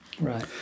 right